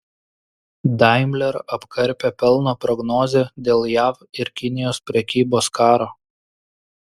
daimler apkarpė pelno prognozę dėl jav ir kinijos prekybos karo